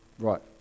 Right